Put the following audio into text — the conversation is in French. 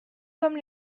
comme